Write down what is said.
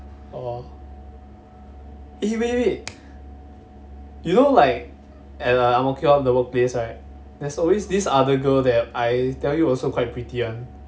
oh eh wait wait you know like the ang mo kio that workplace right there's always this other girl that I tell you also quite pretty one